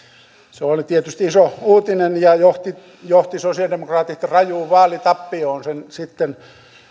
se oli tietysti iso uutinen ja johti johti sosialidemokraatit sitten rajuun vaalitappioon